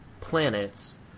planets